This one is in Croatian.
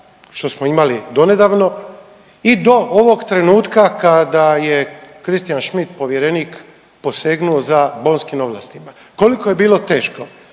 što smo imali donedavno i do ovog trenutka kad je Christian Schmidt povjerenik posegnuo za Bonskim ovlastima. Koliko je bilo teško